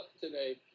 today